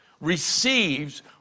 receives